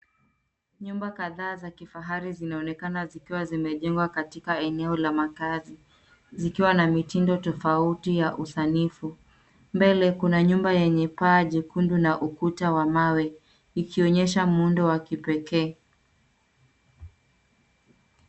Nyumba kadhaa za kifahari zinaonekana zikiwa zimejengwa katika eneo ka makazi zikiwa na mitindo tofauti ya usanifu. Mbele kuna nyumba yenye paa nyekundu na ukuta wa mawe, ikionyesha muundo wa kipekee.